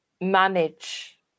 manage